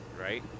right